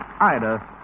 Ida